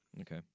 Okay